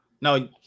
No